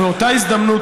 ובאותה הזדמנות,